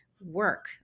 work